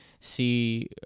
see